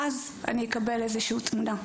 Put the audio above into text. אז אני אקבל איזושהי תמונה.